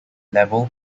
level